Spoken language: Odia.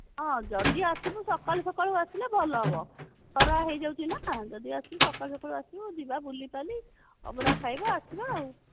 ହଁ ଯଦି ଆସିବୁ ସକାଳୁ ସକାଳୁ ଆସିଲେ ଭଲ ହେବ ଖରା ହୋଇଯାଉଛି ନା ଯଦି ଆସିବୁ ସକାଳୁ ସକାଳୁ ଆସିବୁ ଯିବା ବୁଲି ବାଲି ଅଭଡ଼ା ଖାଇବା ଆସିବା ଆଉ